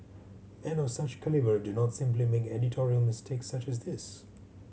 men of such calibre do not simply make editorial mistakes such as this